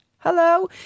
hello